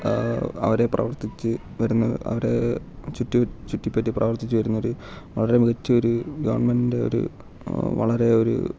അവരെ പ്രവർത്തിച്ച് വരുന്ന അവരെ ചുറ്റി ചുറ്റി പറ്റി പ്രവർത്തിച്ചു വരുന്നൊരു വളരെ മികച്ചൊരു ഗവൺമെൻറ് ഒരു വളരെ ഒരു